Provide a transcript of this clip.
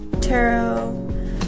tarot